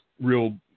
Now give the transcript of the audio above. real